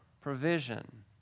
provision